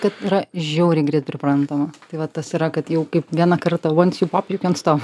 kad yra žiauriai greit priprantama tai vat tas yra kad jau kaip vieną kartą once you pop you cant stop